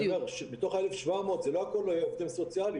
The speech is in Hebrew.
מתוך ה-1,700, לא הכול אלה עובדים סוציאליים.